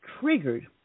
triggered